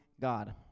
God